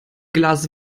glas